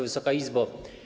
Wysoka Izbo!